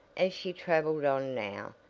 as she traveled on now,